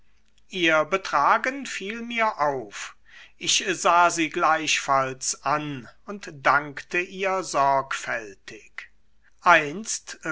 ihr betragen fiel mir auf ich sah sie gleichfalls an und dankte ihr sorgfältig einst